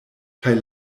kaj